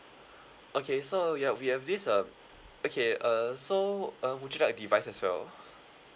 okay so yup we have this uh okay uh so um would you like a device as well